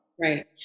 Right